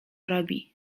robi